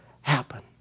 happen